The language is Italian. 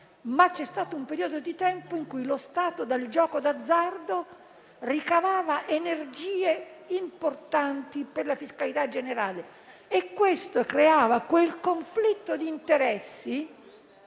ma c'è stato un periodo di tempo in cui dal gioco d'azzardo lo Stato ricavava energie importanti per la fiscalità generale e questo creava quel conflitto d'interessi